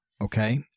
Okay